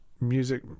music